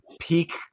peak